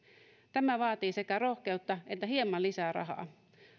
tämä vaatii sekä rohkeutta että hieman lisää rahaa